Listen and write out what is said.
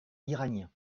iranien